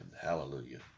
Hallelujah